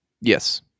Yes